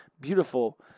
beautiful